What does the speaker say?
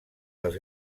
dels